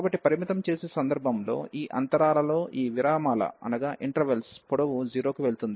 కాబట్టి పరిమితం చేసే సందర్భంలో ఈ అంతరాలలో ఈ విరామాల పొడవు 0 కి వెళుతుంది